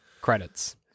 Credits